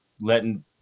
letting